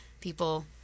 People